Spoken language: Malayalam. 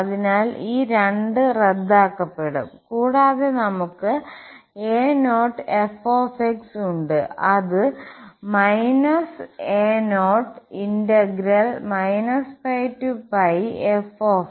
അതിനാൽ ഈ 2 റദ്ദാക്കപ്പെടും കൂടാതെ നമുക് a0 f ഉണ്ട്